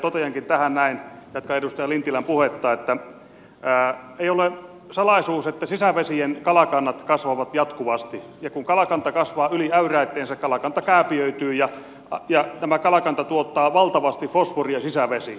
toteankin tähän näin jatkan edustaja lintilän puhetta että ei ole salaisuus että sisävesien kalakannat kasvavat jatkuvasti ja kun kalakanta kasvaa yli äyräittensä kalakanta kääpiöityy ja tämä kalakanta tuottaa valtavasti fosforia sisävesiin